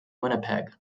winnipeg